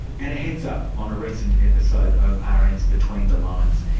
and a heads-up on a recent episode of ah rn's between the lines.